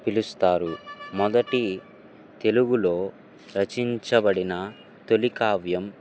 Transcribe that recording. పిలుస్తారు మొదటి తెలుగులో రచించబడిన తొలికావ్యం